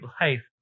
life